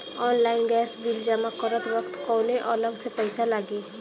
Online gas bill जमा करत वक्त कौने अलग से पईसा लागी?